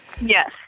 Yes